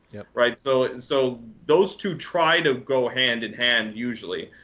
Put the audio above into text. right, so and so those two try to go hand-in-hand usually,